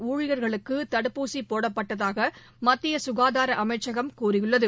ஊழியர்களுக்குதடுப்பூசிபோடப்பட்டதாகமத்தியசுகாதாரஅமைச்சகம் கூறியுள்ளது